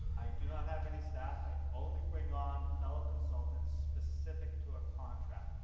do not have any staff. i only bring on fellow consultants specific to a contract.